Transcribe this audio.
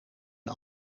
een